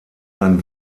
ein